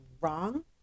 wrong